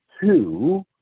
two